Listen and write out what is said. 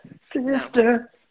Sister